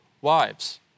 Wives